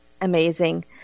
amazing